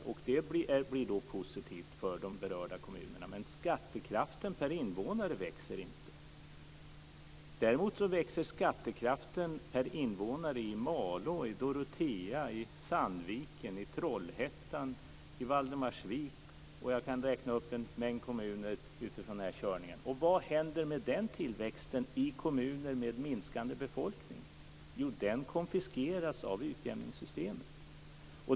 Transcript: Det blir positivt för de berörda kommunerna. Men skattekraften per invånare växer inte. Däremot växer skattekraften per invånare i Malå, Dorotea, Sandviken, Trollhättan och Valdemarsvik. Jag kan räkna upp en mängd andra kommuner också. Vad händer med den tillväxten i kommuner med minskande befolkning? Jo, den konfiskeras av utjämningssystemet.